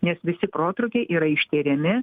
nes visi protrūkiai yra ištiriami